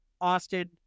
Austin